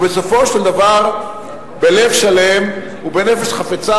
ובסופו של דבר בלב שלם ובנפש חפצה